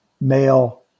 male